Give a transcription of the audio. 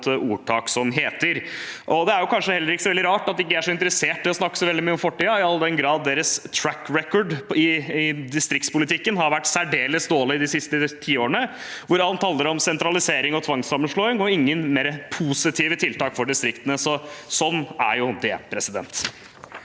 ordtak som sier. Det er kanskje ikke så veldig rart at de ikke er interesserte i å snakke så mye om fortiden, all den tid deres «track record» i distriktspolitikken har vært særdeles dårlig de siste tiårene, hvor alt handlet om sentralisering og tvangssammenslåing, og ingen mer positive tiltak for distriktene. Sånn er jo det. Sigurd